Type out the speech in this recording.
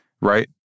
right